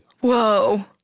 Whoa